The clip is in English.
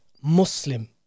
Muslim